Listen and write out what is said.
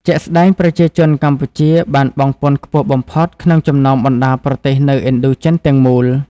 ជាក់ស្ដែង ប្រជាជនកម្ពុជាបានបង់ពន្ធខ្ពស់បំផុតក្នុងចំណោមបណ្ដាប្រទេសនៅឥណ្ឌូចិនទាំងមូល។